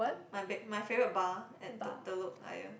my b~ my favourite bar at t~ telok ayer